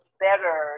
better